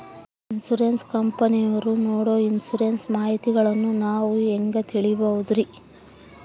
Insurance ಕಂಪನಿಯವರು ನೇಡೊ insurance ಮಾಹಿತಿಗಳನ್ನು ನಾವು ಹೆಂಗ ತಿಳಿಬಹುದ್ರಿ?